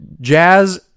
jazz